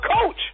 coach